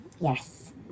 yes